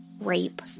rape